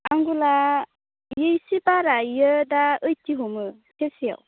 आंगुरा इयो इसे बारा इयो दा ओइटि हमो सेरसेयाव